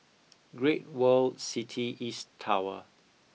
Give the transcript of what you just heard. Great World City East Tower